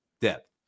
depth